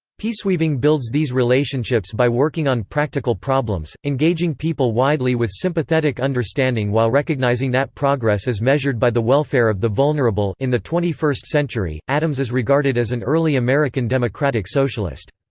peaceweaving builds these relationships by working on practical problems, engaging people widely with sympathetic understanding while recognizing that progress is measured by the welfare of the vulnerable in the twenty first century, addams is regarded as an early american democratic socialist.